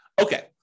Okay